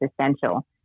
essential